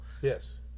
Yes